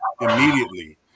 immediately